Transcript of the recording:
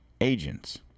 agents